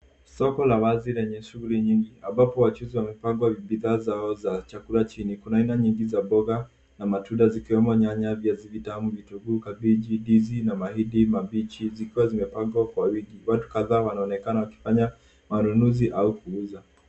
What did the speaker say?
Soko la wazi lenye shughuli nyingi, ambapo wachuuzi wamepanga bidhaa zao za chakula chini. Kuna aina nyingi za mboga na matunda zikiwemo nyanya, viazi vitamu, vitunguu, kabichi, ndizi na mahindi mabichi zikiwa zimepangwa kwa wingi. Watu kadhaa wanaonekana wakifanya manunuzi au kuuza.